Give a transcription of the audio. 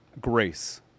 grace